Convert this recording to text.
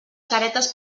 caretes